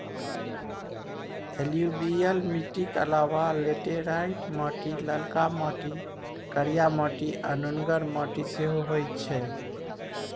एलुयुबियल मीटिक अलाबा लेटेराइट माटि, ललका माटि, करिया माटि आ नुनगर माटि सेहो होइ छै